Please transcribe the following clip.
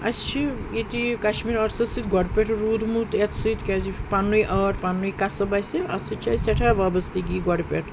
اَسہِ چھِ ییٚتہ کَشمیٖر آرٹسَس سۭتۍ گۄڈٕ پٮ۪ٹھ روٗدمُت اتھ سۭتۍ کیٛازِ یہِ چھُ پَنٕنُے آرٹ پَننُے قصب اَسہِ اَتھ سۭتۍ چھِ اَسہِ سٮ۪ٹھاہ وابستگی گۄڈٕ پٮ۪ٹھ